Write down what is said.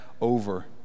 over